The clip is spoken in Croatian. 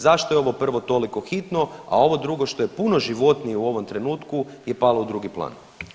Zašto je ovo prvo toliko hitno, a ovo drugo što je puno životnije u ovom trenutku je palo u drugi plan?